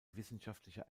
wissenschaftlicher